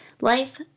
life